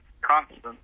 constant